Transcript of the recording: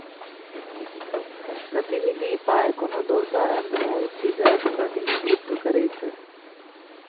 प्रतिनिधि पाइ कोनो दोसर अनमोल चीजक प्रतिनिधित्व करै छै